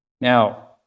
Now